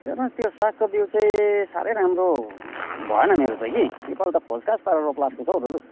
एउटा त्यो सागको बिउ चाहिँ साह्रै राम्रो भएन मेरो चाहिँ कि यो पालि त खोजखाज गरेर रोप्ला जस्तो छ हो दाजु